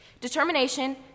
Determination